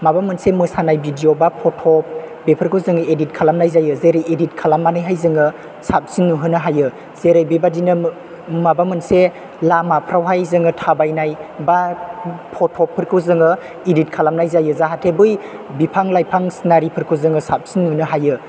माबा मोनसे मोसानाय भिदिय' बा फत' बेफोरखौ जों इदित खालामनाय जायो जेरै जों इदित खालामनानैहाय जोङो साबसिन नुहोनो हायो जेरै बेबायदिनो माबा मोनसे लामाफ्रावहाय जोङो थाबायनाय बा फतफोरखौ जों इदित खालामनाय जायो जाहाथे बै बिफां लाइफां सिनारिफोरखौ जोङो साबसिन नुहोनो हायो